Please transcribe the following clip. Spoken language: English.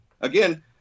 again